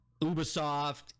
ubisoft